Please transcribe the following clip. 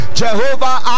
jehovah